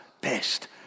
best